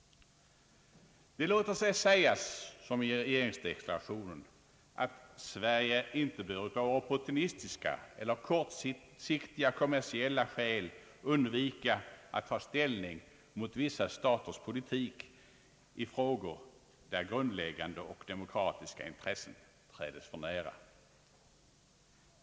Det låter sig sägas att Sverige, som det står i regeringsdeklarationen, icke bör av opportunistiska eller kortsiktiga kommersiella skäl undvika att ta ställning mot vissa staters politik i frågor, där grundläggande och demokratiska intressen träds för nära.